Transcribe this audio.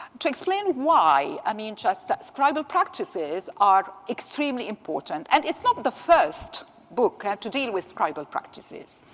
to explain why, i mean, just scribal practices are extremely important. and it's not the first book to deal with scribal practices.